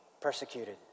persecuted